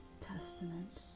Testament